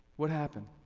what happened?